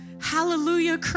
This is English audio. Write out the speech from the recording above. hallelujah